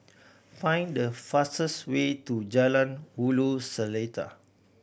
find the fastest way to Jalan Ulu Seletar